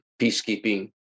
peacekeeping